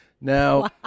Now